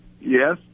Yes